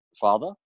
father